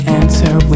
answer